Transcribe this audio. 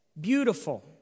beautiful